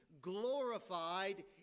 glorified